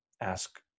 Ask